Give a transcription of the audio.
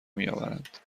میآورند